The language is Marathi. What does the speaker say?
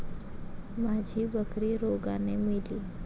माझी बकरी रोगाने मेली